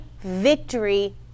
victory